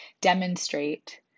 demonstrate